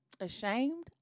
ashamed